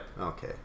Okay